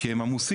כי הם עמוסים,